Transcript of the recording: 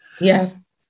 Yes